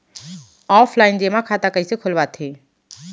Offline जेमा खाता कइसे खोलवाथे?